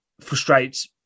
frustrates